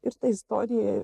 ir ta istorija